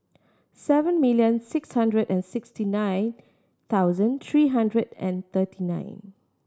seven million six hundred and sixty nine thousand three hundred and thirty nine